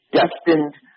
destined